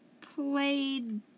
played